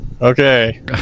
Okay